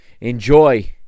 enjoy